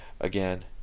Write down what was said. again